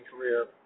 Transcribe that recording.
career